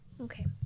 Okay